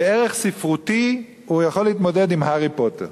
כערך ספרותי הוא יכול להתמודד עם הארי פוטר,